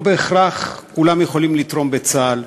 לא בהכרח כולם יכולים לתרום בצה"ל,